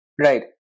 Right